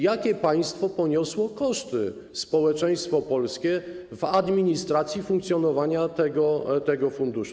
Jakie państwo poniosło koszty, społeczeństwo polskie, na administrację, funkcjonowanie tego funduszu?